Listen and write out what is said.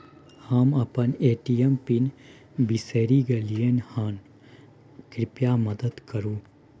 हम अपन ATM PIN बिसरि गलियै हन, कृपया मदद करु